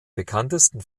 bekanntesten